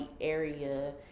area